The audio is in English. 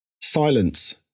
silence